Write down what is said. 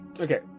Okay